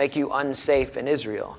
make you unsafe in israel